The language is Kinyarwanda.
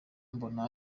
mbona